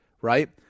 Right